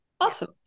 Awesome